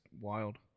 wild